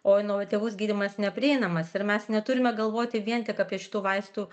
o inovatyvus gydymas neprieinamas ir mes neturime galvoti vien tik apie šitų vaistų